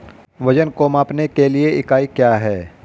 वजन को मापने के लिए इकाई क्या है?